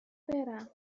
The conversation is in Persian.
برم